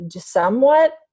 somewhat